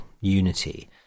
unity